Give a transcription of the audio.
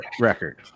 record